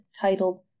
titled